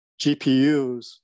gpus